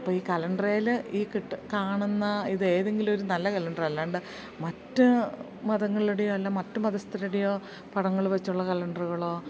അപ്പം ഈ കലണ്ടറേൽ ഈ കിട്ട് കാണുന്ന ഇത് ഏതെങ്കിലും ഒരു നല്ല കലണ്ടർ അല്ലാണ്ട് മറ്റ് മതങ്ങളുടെയോ അല്ല മറ്റ് മതസ്സ്ഥരുടെയോ പടങ്ങൾ വെച്ചുള്ള കലണ്ടറുകളോ